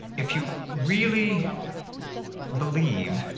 if you really believe,